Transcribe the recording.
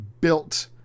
built